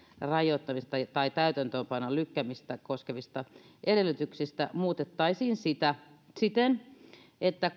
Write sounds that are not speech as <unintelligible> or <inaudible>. rajoittamista tai tai täytäntöönpanon lykkäämistä koskevista edellytyksistä muutettaisiin siten että <unintelligible>